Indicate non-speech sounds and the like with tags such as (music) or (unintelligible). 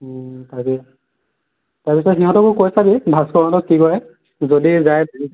ও (unintelligible) তাৰপিছত সিহঁতকো কৈ চাবি ভাস্কৰহঁতক কি কৰে যদি যায়